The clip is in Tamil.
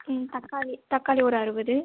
தக்காளி தக்காளி ஒரு அறுபது